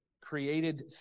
created